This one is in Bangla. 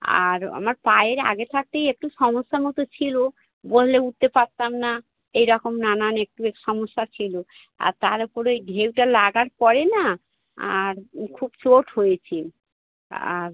আর আমার পায়ের আগে থাকতেই একটু সমস্যা মতো ছিলো বসলে উঠতে পারতাম না এরকম নানান একটু এক সমস্যা ছিলো আর তার ওপরে ওই ঢেউটা লাগার পরে না আর খুব চোট হয়েছে আর